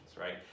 right